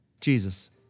Jesus